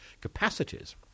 capacities